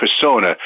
persona